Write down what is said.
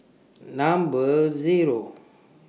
Number Zero